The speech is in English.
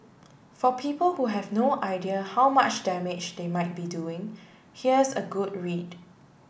for people who have no idea how much damage they might be doing here's a good read